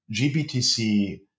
GBTC